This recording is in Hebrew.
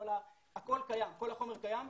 הכול קיים, כל החומר קיים.